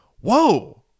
whoa